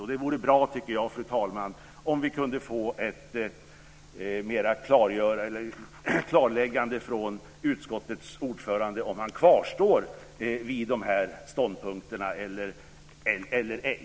Jag tycker att det vore bra, fru talman, om vi kunde få ett klarläggande från utskottets ordförande beträffande om han kvarstår vid de här ståndpunkterna eller ej.